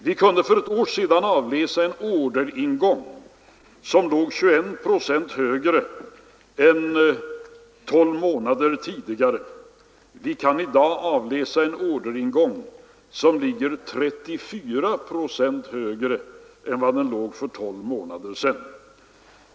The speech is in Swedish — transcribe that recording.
Vi kunde för ett år sedan avläsa en orderingång som låg 21 procent högre än tolv månader tidigare. I dag kan vi avläsa en orderingång som ligger 34 procent högre än för tolv månader sedan.